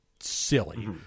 Silly